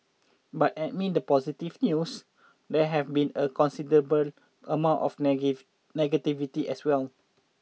but amid the positive news there have been a considerable amount of negativity as well